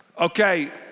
Okay